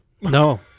No